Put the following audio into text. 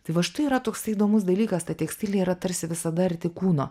tai va štai yra toksai įdomus dalykas ta tekstilė yra tarsi visada arti kūno